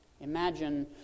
Imagine